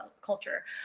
culture